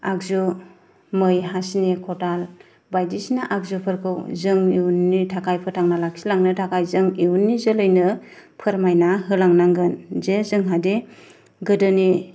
आगजु मै हासिनि खदाल बायदिसिना आगजुफोरखौ जों इयुननि थाखाय फोथांना लाखिलांनो थाखाय जों इयुननि जोलैनो फोरमायना होलांनांगोन जे जोंहादि गोदोनि